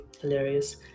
hilarious